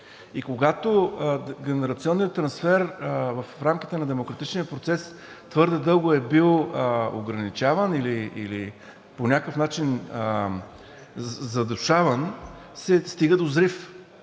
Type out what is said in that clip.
И когато генерационният трансфер в рамките на демократичния процес твърде дълго е бил ограничаван или по някакъв начин задушаван, се стига до взрив.